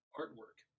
artwork